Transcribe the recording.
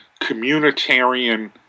communitarian